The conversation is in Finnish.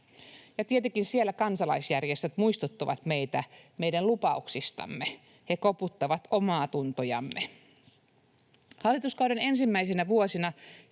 tietenkin kansalaisjärjestöt muistuttavat meitä meidän lupauksistamme, he koputtavat omiatuntojamme. Hallituskauden ensimmäisinä vuosina